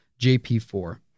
JP4